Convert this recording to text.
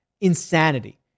Insanity